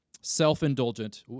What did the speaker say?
self-indulgent